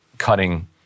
cutting